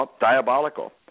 diabolical